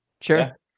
sure